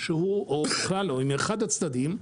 עם אחד הצדדים,